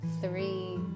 three